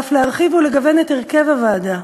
ואף להרחיב ולגוון את הרכב הוועדה,